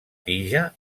tija